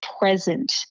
present